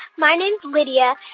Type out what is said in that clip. my name's lydia.